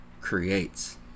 creates